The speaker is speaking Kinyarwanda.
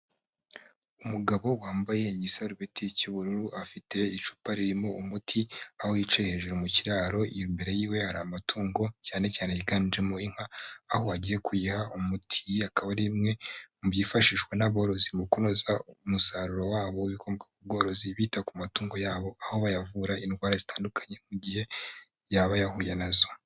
Umugabo wambaye igisarubeti cy'ubururu afite icupa ririmo umuti, aho yicaye hejuru mu kiraro, iyo imbere yiwe hari amatungo cyane cyane yiganjemo inka, aho agiye kuyiha umuti, iyi akaba ari imwe mu byifashishwa n'aborozi mu kunoza umusaruro wabo w'ibikomoka ku bworozi bita ku matungo yabo, aho bayavura indwara zitandukanye mu gihe yaba yahuye na zo.